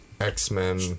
X-Men